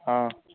ആ